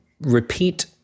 repeat